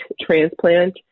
transplant